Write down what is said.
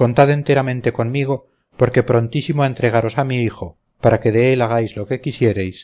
contad enteramente conmigo porque prontísimo a entregaros a mi hijo para que de él hagáis lo que quisiereis